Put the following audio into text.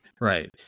Right